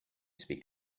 speak